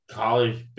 college